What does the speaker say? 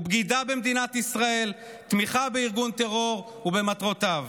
הוא בגידה במדינת ישראל ותמיכה בארגון טרור ובמטרותיו.